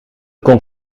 kon